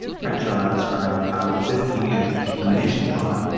crenshaw described how existing anti-discrimination law,